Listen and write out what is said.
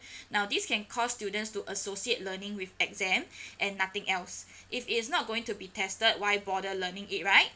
now this can cost students to associate learning with exam and nothing else if it's not going to be tested why bother learning it right